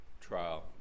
trial